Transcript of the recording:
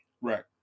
Right